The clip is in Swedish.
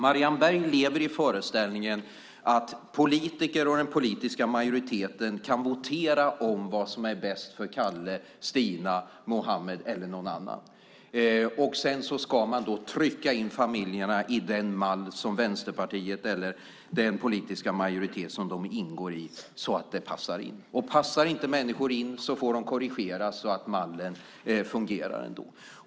Marianne Berg lever i föreställningen att politiker och den politiska majoriteten kan votera om vad som bäst för Kalle, Stina, Mohamed eller någon annan. Sedan ska man trycka in familjerna i den mall som Vänsterpartiet eller den politiska majoritet som de ingår i har så att de passar in. Och passar inte människor in får de korrigeras så att mallen ändå fungerar.